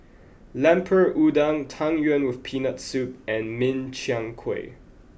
Lemper Udang tang yuen with peanut soup and Min Chiang Kueh